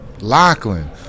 Lachlan